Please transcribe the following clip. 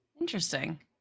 Interesting